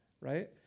right